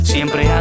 Siempre